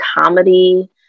comedy